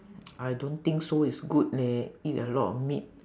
I don't think so it's good leh eat a lot of meat